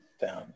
down